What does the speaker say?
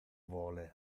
vole